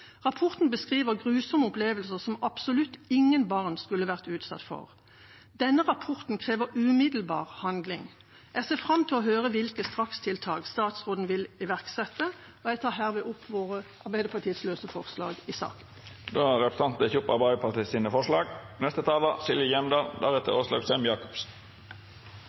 Rapporten beskriver grusomme opplevelser, som absolutt ingen barn skulle vært utsatt for. Denne rapporten krever umiddelbar handling. Jeg ser fram til å høre hvilke strakstiltak statsråden vil iverksette. – Jeg tar herved opp Arbeiderpartiets forslag i saken. Representanten